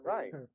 Right